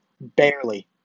barely